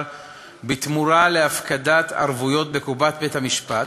בתמורה להפקדת ערבויות בקופת בית-המשפט,